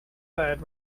lead